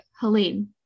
Helene